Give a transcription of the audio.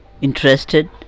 interested